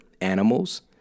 animals